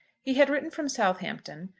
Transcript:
he had written from southampton,